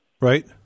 Right